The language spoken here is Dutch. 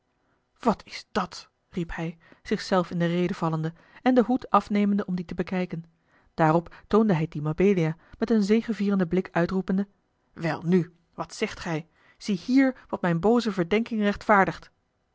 wat is dat riep hij zich zelf in de rede vallende en den hoed afnemende om dien te bekijken daarop toonde hij dien mabelia met een zegevierenden blik uitroepende welnu wat zegt gij ziehier wat mijne booze verdenking rechtvaardigt